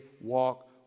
walk